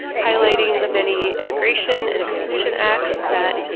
highlighting the many immigration and exclusion acts that